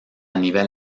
nivel